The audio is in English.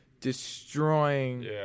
destroying